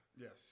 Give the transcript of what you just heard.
Yes